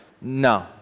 no